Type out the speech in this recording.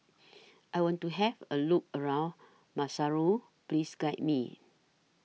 I want to Have A Look around Maseru Please Guide Me